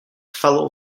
fellow